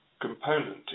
component